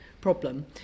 problem